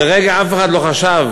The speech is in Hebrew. לרגע אף אחד לא חשב,